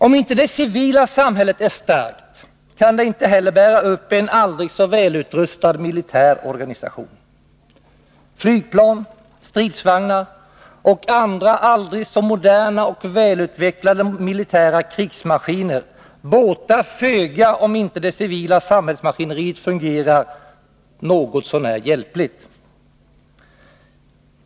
Om inte det civila samhället är starkt kan det inte heller bära upp en aldrig så välutrustad militär organisation. Flygplan, stridsvagnar och andra aldrig så moderna och välutvecklade militära krigsmaskiner båtar föga, om inte det civila samhällsmaskineriet fungerar något så när hjälpligt.